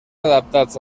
adaptats